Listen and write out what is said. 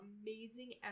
amazing